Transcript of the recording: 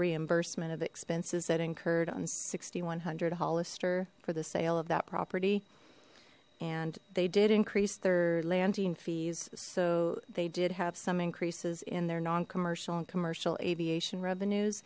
reimbursement of expenses that incurred on six thousand one hundred hollister for the sale of that property and they did increase their landing fees so they did have some increases in their non commercial and commercial aviation revenues